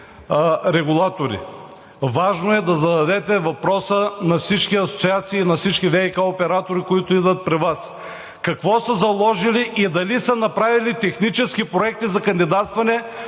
Важно е да зададете въпроса на всички асоциации, на всички ВиК оператори, които идват при Вас, какво са заложили и дали са направили технически проекти за кандидатстване